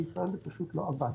בישראל זה פשוט לא עבד.